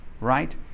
Right